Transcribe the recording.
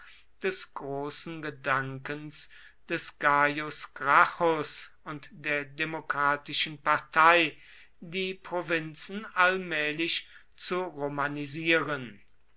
des großen gedankens des gaius gracchus und der demokratischen partei die provinzen allmählich zu romanisieren